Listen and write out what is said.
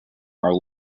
are